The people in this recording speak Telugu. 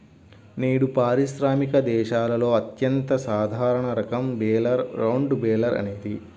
నేడు పారిశ్రామిక దేశాలలో అత్యంత సాధారణ రకం బేలర్ రౌండ్ బేలర్ అనేది